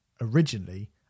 originally